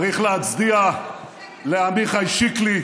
צריך להצדיע לעמיחי שקלי,